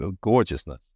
gorgeousness